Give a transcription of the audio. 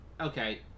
okay